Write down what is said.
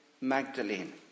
Magdalene